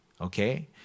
okay